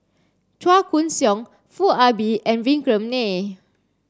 Chua Koon Siong Foo Ah Bee and Vikram Nair